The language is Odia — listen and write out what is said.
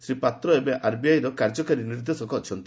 ଶ୍ରୀ ପାତ୍ର ଏବେ ଆରବିଆଇର କାର୍ଯ୍ୟକାରୀ ନିର୍ଦ୍ଦେଶକ ଅଛନ୍ତି